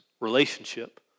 Relationship